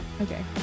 Okay